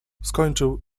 skończył